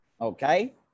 okay